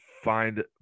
find